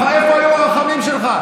איפה היו הרחמים שלך?